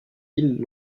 îles